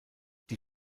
die